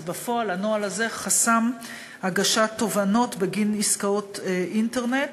בפועל הנוהל הזה חסם הגשת תובענות בגין עסקאות אינטרנט.